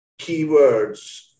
keywords